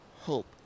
hope